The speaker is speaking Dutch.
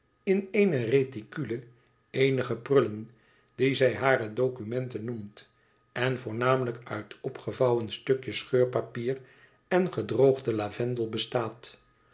in eene reticule eenige prullen die zij hare documenten noemt en voornamelijk uit opgevouwen stukjes scheurpapier en gedroogden lavendel bestaan